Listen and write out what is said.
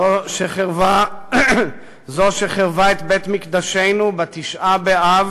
זו שהחריבה את בית-מקדשנו בתשעה באב,